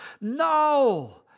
No